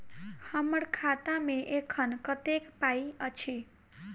हम्मर खाता मे एखन कतेक पाई अछि?